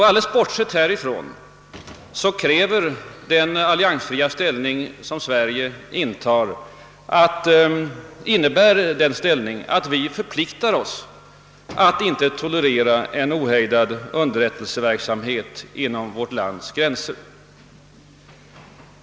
även bortsett härifrån innebär den alliansfria ställning som Sverige intar att vi förpliktar oss att inte tolerera en ohejdad underrättelseverksamhet inom vårt lands gränser.